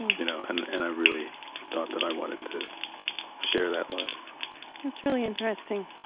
you know, and and i really thought that i wanted to share that life that's really interesting,